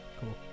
Cool